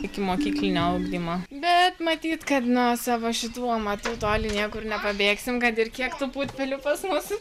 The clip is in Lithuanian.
ikimokyklinio ugdymo bet matyt kad nuo savo šitų amatų toli niekur nepabėgsim kad ir kiek tų putpelių pas mus